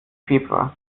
februar